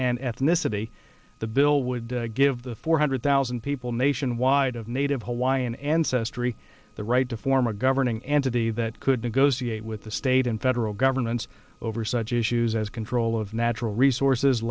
and ethnicity the bill would give the four hundred thousand people nationwide of native hawaiian ancestry the right to form a governing entity that could negotiate with the state and federal governments over such issues as control of natural resources